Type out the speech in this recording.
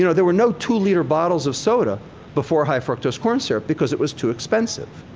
you know there were no two-liter bottles of soda before high fructose corn syrup because it was too expensive.